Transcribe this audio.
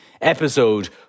episode